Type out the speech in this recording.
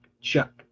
chuck